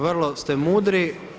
Vrlo ste mudri.